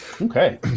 Okay